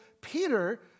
Peter